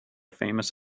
famous